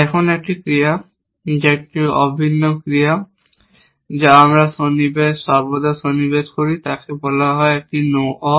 এখন একটি ক্রিয়া যা একটি অভিন্ন ক্রিয়া যা আমরা সর্বদা সন্নিবেশ করি তাকে বলা হয় একটি নো অপ